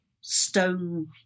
stone